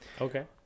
Okay